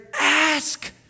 ask